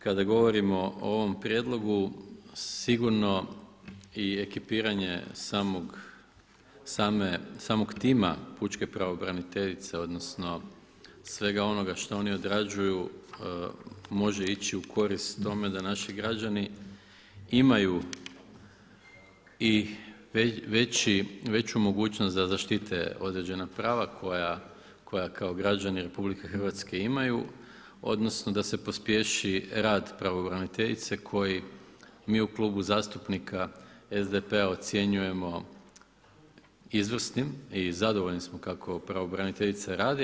Kada govorimo o ovom prijedlogu sigurno i ekipiranje samog tima pučke pravobraniteljice odnosno svega onoga što oni odrađuju može ići u korist tome da naši građani imaju i veću mogućnost da zaštite određena prava koja kao građani RH imaju odnosno da se pospješi rad pravobraniteljice koji mi u Klubu zastupnika SDP-a ocjenjujemo izvrsnim i zadovoljni smo kako pravobraniteljica radi.